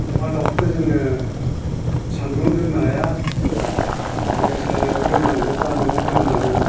अमा दावखौथ' जोङो सानदुंआव दोननो हाया जोङो सायहायाव दोननांगौ बा न'आव दोननांगौ